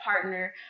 partner